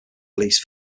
released